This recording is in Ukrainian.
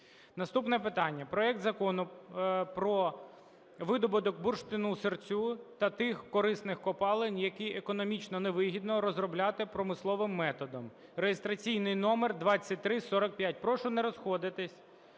Наступне питання: проект Закону про видобуток бурштину-сирцю та тих корисних копалин, які економічно невигідно розробляти промисловим методом (реєстраційний номер 2348). Прошу не розходитись.